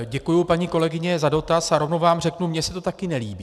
Děkuji, paní kolegyně, za dotaz a rovnou vám řeknu mně se to taky nelíbí.